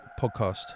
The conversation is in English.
podcast